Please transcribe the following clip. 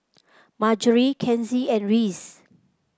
Marjory Kenzie and Reece